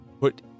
put